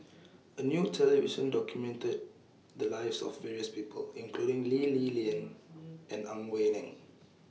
A New television documented The Lives of various People including Lee Li Lian and Ang Wei Neng